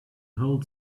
hold